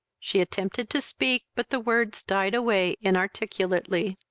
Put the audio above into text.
she attempted to speak, but the words died away inarticulately.